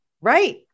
Right